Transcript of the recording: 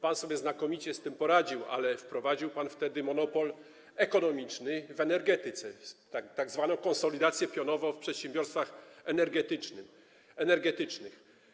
Pan sobie znakomicie z tym poradził, ale wprowadził pan wtedy monopol ekonomiczny w energetyce, tzw. konsolidację pionową w przedsiębiorstwach energetycznych.